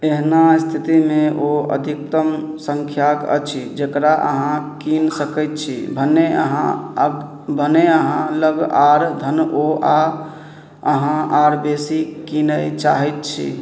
एहना इस्थितिमे ओ अधिकतम सँख्याके अछि जकरा अहाँ किनि सकै छी भनहि अहाँ अक भनहि अहाँलग आओर धन ओ आओर अहाँ आओर बेसी किनै चाहै छी